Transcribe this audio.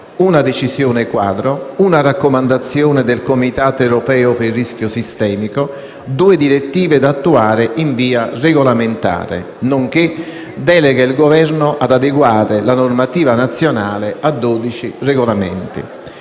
una decisione quadro, di una raccomandazione del Comitato europeo per il rischio sistemico e di due direttive da attuare in via regolamentare, nonché delega il Governo ad adeguare la normativa nazionale a dodici regolamenti.